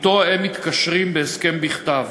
שאתו הם מתקשרים בהסכם בכתב.